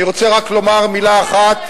אני רוצה רק לומר מלה אחת,